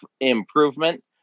improvement